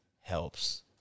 helps